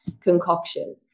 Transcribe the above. concoction